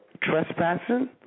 trespassing